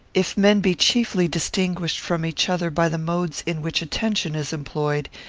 if men be chiefly distinguished from each other by the modes in which attention is employed,